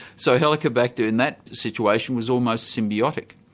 so helicobacter in that situation was almost symbiotic.